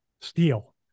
steel